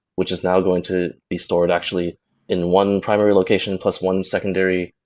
which is now going to be stored actually in one primary location plus one secondary,